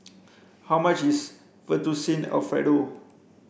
how much is Fettuccine Alfredo